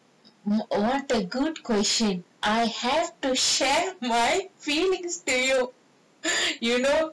what a good question I have to share my feelings to you you know